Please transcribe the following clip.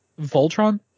voltron